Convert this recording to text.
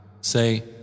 Say